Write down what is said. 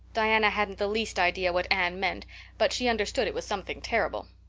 diana hadn't the least idea what anne meant but she understood it was something terrible.